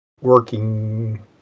working